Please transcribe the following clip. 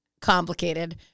complicated